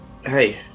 Hey